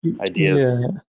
ideas